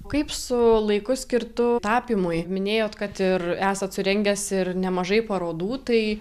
kaip su laiku skirtu tapymui minėjot kad ir esat surengęs ir nemažai parodų tai